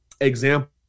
example